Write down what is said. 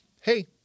Hey